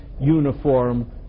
uniform